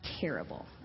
terrible